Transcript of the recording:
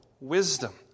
wisdom